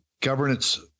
governance